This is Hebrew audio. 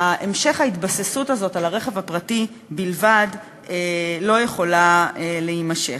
ההתבססות הזאת על הרכב הפרטי בלבד לא יכולה להימשך.